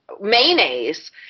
mayonnaise